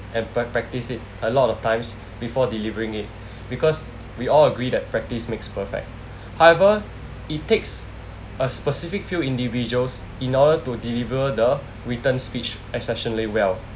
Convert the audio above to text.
and prac~ practice it a lot of times before delivering it because we all agree that practice makes perfect however it takes a specific few individuals in order to deliver the written speech exceptionally well